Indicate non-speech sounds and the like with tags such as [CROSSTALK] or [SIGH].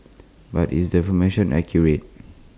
[NOISE] but is the information accurate